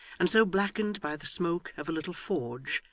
and so blackened by the smoke of a little forge,